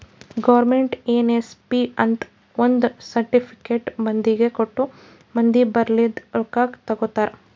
government NSC ಅಂತ್ ಒಂದ್ certificate ಮಂದಿಗ ಕೊಟ್ಟು ಮಂದಿ ಬಲ್ಲಿಂದ್ ರೊಕ್ಕಾ ತಗೊತ್ತುದ್